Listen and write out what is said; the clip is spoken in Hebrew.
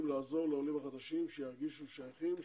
לעזור לעולים החדשים שירגישו שייכים,